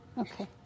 Okay